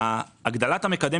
הגדלת המקדם,